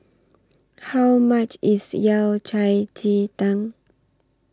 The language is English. How much IS Yao Cai Ji Tang